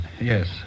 Yes